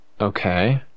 Okay